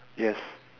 yes